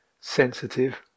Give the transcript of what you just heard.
sensitive